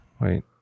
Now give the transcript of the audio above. Wait